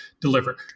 deliver